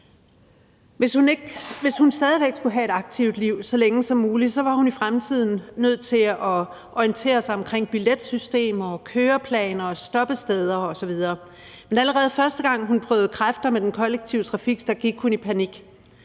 Hvis hun stadig væk skulle have et aktivt liv så længe som muligt, var hun i fremtiden nødt til at orientere sig om billetsystemer, køreplaner, stoppesteder osv., men allerede første gang hun prøvede kræfter med den kollektive trafik, gik hun i panik.